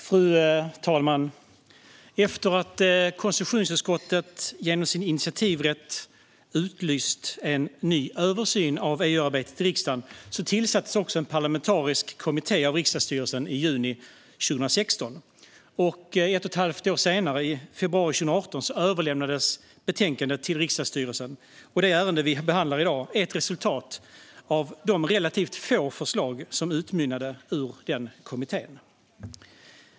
Fru talman! Efter det att konstitutionsutskottet genom sin initiativrätt efterlyst en ny översyn av EU-arbetet i riksdagen tillsattes en parlamentarisk kommitté av riksdagsstyrelsen i juni 2016. Ett och ett halvt år senare, i februari 2018, överlämnades betänkandet till riksdagsstyrelsen. Det ärende vi behandlar i dag är ett resultat av de relativt få förslag som utmynnade ur den kommittén.